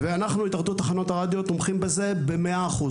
ואנחנו, התאחדות תחנות הרדיו, תומכים בזה ב-100%.